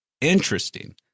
interesting